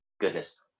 Goodness